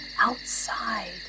outside